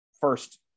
first